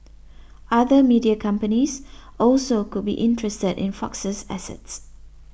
other media companies also could be interested in Fox's assets